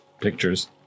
pictures